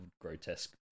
grotesque